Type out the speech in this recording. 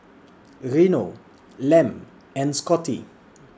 Reno Lem and Scotty